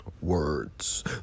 Words